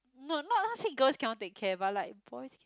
no not not say girls cannot take care but like boys